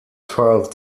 twelve